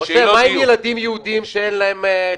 ינון, מה עם הילדים יהודים שאין להם?